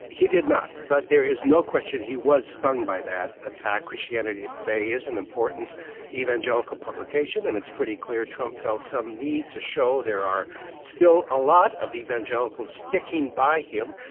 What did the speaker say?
he did not, but there is no question he was stung by that attack. christianity today is an important evangelical publication, and it's pretty clear trump felt some need to show there are still a lot of evangelicals sticking by him,